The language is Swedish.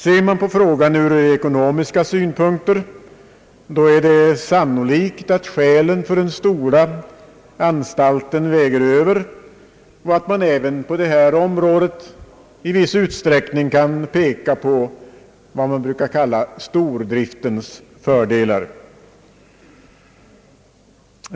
Ser man på frågan ur ekonomiska synpunkter, är det sannolikt att skälen för den stora anstalten väger över och att man även på detta område i viss utsträckning kan peka på vad man brukar kalla stordriftens fördelar.